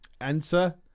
Enter